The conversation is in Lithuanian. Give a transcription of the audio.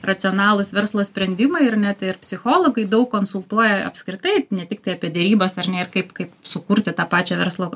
racionalūs verslo sprendimai ir net ir psichologai daug konsultuoja apskritai ne tiktai apie derybas ar ne ir kaip kaip sukurti tą pačią verslo